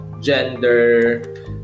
gender